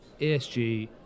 ESG